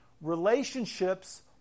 Relationships